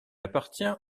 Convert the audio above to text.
appartient